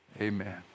Amen